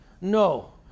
No